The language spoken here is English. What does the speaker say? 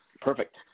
perfect